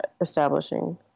establishing